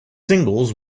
singles